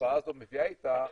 שהתופעה הזאת מביאה איתה,